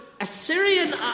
Assyrian